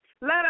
Let